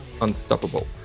Unstoppable